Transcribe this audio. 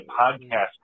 podcast